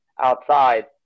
outside